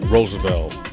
Roosevelt